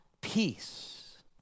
peace